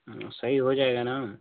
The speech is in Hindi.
हाँ सही हो जाएगा ना